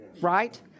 right